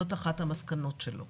זאת אחת המסקנות שלו.